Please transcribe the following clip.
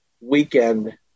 weekend